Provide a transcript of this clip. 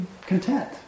content